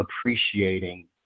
appreciating